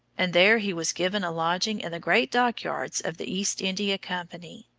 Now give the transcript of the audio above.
and there he was given a lodging in the great dockyards of the east india company.